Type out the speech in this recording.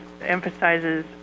emphasizes